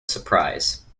surprise